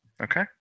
Okay